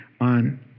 on